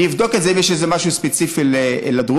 אני אבדוק אם יש משהו ספציפי לדרוזים,